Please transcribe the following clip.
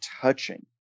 touching